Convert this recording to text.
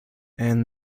and